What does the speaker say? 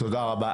תודה רבה,